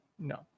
no